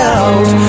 out